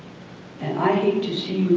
and i hate to see